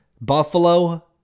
Buffalo